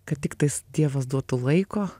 kad tiktais dievas duotų laiko